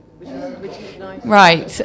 Right